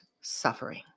suffering